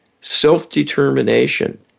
self-determination